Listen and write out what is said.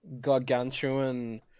Gargantuan